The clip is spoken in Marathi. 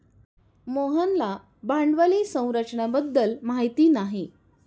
मोहनला भांडवली संरचना बद्दल माहिती नाही